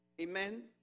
Amen